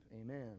Amen